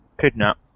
kidnap